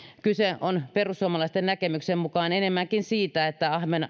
kyse on perussuomalaisten näkemyksen mukaan enemmänkin siitä että